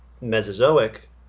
mesozoic